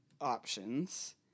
options